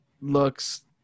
looks